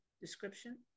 description